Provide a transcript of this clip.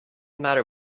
matter